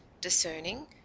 discerning